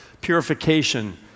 purification